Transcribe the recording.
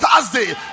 Thursday